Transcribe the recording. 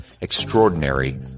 Extraordinary